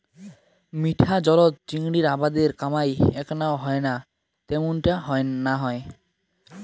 মিঠা জলত চিংড়ির আবাদের কামাই এ্যাকনাও হয়না ত্যামুনটা না হয়